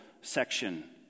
section